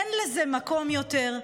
אין לזה מקום יותר.